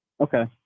Okay